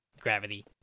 gravity